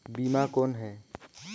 बीमा कौन है?